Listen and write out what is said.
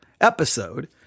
episode